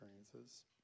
experiences